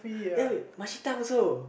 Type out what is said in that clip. ya much time also